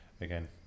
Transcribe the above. again